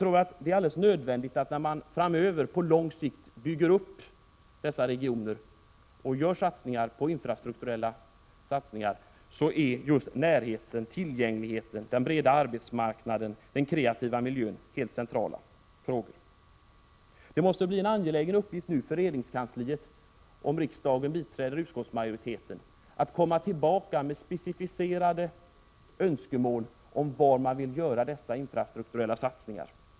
När man på lång sikt bygger upp dessa regioner och gör infrastrukturella satsningar är närheten, tillgängligheten, den breda arbetsmarknaden och den kreativa miljön helt centrala frågor. Det måste nu bli en angelägen uppgift för regeringskansliet, om riksdagen biträder utskottsmajoritetens förslag, att komma tillbaka med specificerade önskemål om var man skall göra dessa infrastrukturella satsningar.